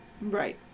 Right